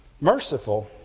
Merciful